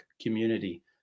community